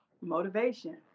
Motivation